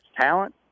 talent